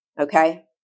Okay